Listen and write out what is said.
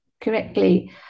correctly